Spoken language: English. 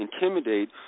intimidate